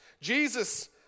Jesus